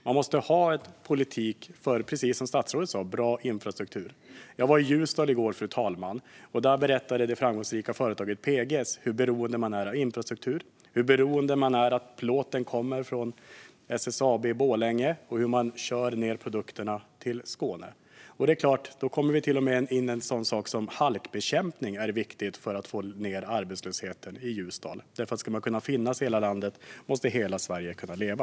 Man måste ha en politik för, precis som statsrådet sa, bra infrastruktur. Jag var i Ljusdal i går, och där berättade det framgångsrika företaget Peges hur beroende de är av infrastruktur. De är beroende av att plåten kommer från SSAB i Borlänge, och de kör ned produkterna till Skåne. Till och med en sak som halkbekämpning är alltså viktig för att få ned arbetslösheten i Ljusdal. Ska man kunna finnas i hela landet måste hela Sverige kunna leva.